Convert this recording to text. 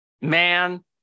man